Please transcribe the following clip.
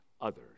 others